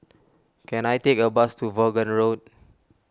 can I take a bus to Vaughan Road